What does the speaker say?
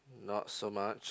not so much